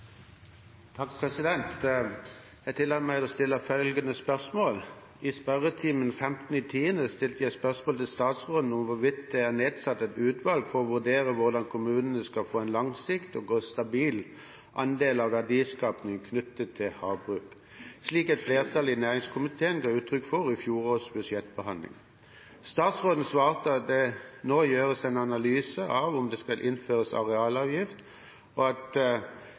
Jeg tillater meg å stille følgende spørsmål: «I spørretimen 15. oktober 2014 stilte jeg spørsmål til statsråden om hvorvidt det er nedsatt et utvalg for å vurdere hvordan kommunene skal få en langsiktig og stabil andel av verdiskapingen knyttet til havbruk, slik et flertall i næringskomiteen ga uttrykk for i fjorårets budsjettinnstilling. Statsråden svarte at det nå gjøres en analyse av om man skal innføre arealavgift, og at